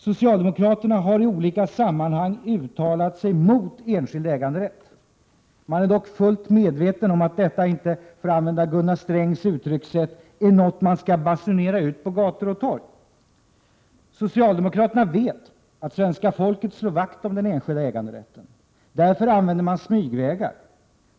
Socialdemokraterna har i olika sammanhang uttalat sig mot enskild äganderätt. Man är dock fullt medveten om att detta inte, för att använda Gunnar Strängs uttryckssätt, är något som man skall basunera ut på gator och torg. Socialdemokraterna vet att svenska folket slår vakt om den enskilda äganderätten. Därför använder man smygvägar.